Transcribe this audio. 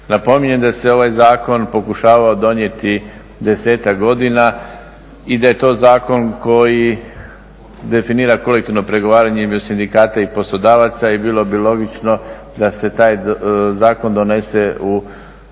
Napominjem da se ovaj zakon pokušavao donijeti desetak godina i da je to zakon koji definira kolektivno pregovaranje u ime sindikata i poslodavaca i bilo bi logično da se taj zakon donese u